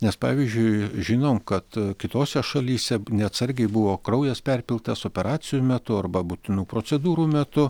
nes pavyzdžiui žinom kad kitose šalyse neatsargiai buvo kraujas perpiltas operacijų metu arba būtinų procedūrų metu